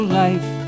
life